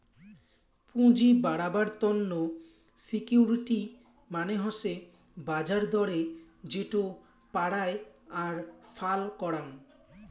পুঁজি বাড়াবার তন্ন সিকিউরিটি মানে হসে বাজার দরে যেটো পারায় আর ফাল করাং